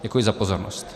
Děkuji za pozornost.